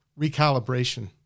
recalibration